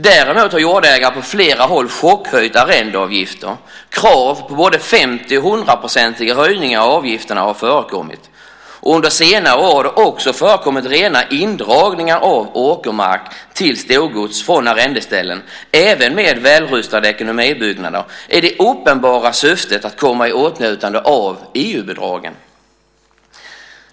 Däremot har jordägare på flera håll chockhöjt arrendeavgifter. Krav på både 50 och 100-procentiga höjningar av avgifterna har förekommit. Under senare år har det också förekommit rena indragningar av åkermark till storgods från arrendeställen, även med välrustade ekonomibyggnader, i det uppenbara syftet att komma i åtnjutande av EU-bidrag.